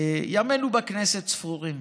ימינו בכנסת ספורים.